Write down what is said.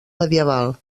medieval